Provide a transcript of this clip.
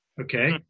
Okay